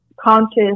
conscious